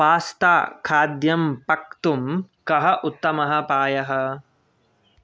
पास्ताखाद्यं पक्तुं कः उत्तमः उपायः